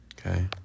Okay